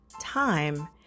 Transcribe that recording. time